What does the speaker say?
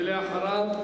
ואחריו,